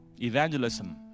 Evangelism